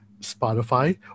Spotify